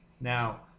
now